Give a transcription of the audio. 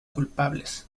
culpables